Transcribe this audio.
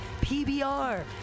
PBR